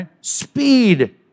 speed